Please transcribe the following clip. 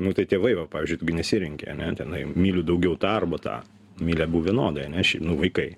nu tai tėvai va pavyzdžiui tu gi nesirenki ane tenai myliu daugiau tą arba tą myli abu vienodai ane nu vaikai